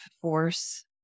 force